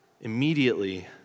immediately